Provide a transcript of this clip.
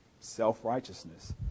self-righteousness